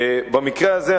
במקרה הזה,